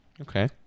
Okay